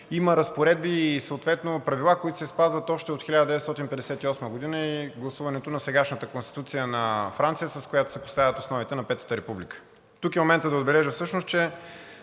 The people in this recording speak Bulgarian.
има разпоредби и съответно правила, които се спазват още от 1958 г., и с гласуването на сегашната Конституция на Франция се поставят основите на Петата република. Тук е моментът да отбележа всъщност, че